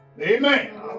Amen